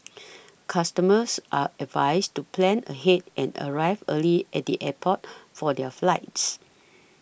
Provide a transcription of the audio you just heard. customers are advised to plan ahead and arrive early at the airport for their flights